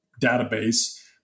database